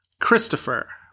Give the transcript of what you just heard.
Christopher